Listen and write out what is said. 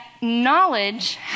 knowledge